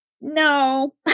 No